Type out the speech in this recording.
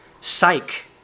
psych